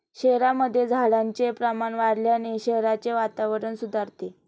शहरांमध्ये झाडांचे प्रमाण वाढवल्याने शहराचे वातावरण सुधारते